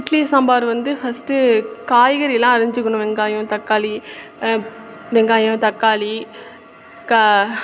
இட்லி சாம்பார் வந்து ஃபஸ்ட்டு காய்கறியெலாம் அரிஞ்சிக்கணும் வெங்காயம் தக்காளி வெங்காயம் தக்காளி க